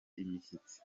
imishyitsi